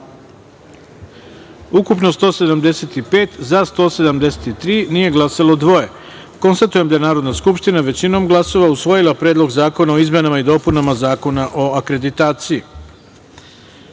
ukupno – 175, za – 173, nije glasalo dvoje. Konstatujem da je Narodna skupština, većinom glasova, usvojila Predlog zakona o izmenama i dopunama Zakona o akreditaciji. Stavljam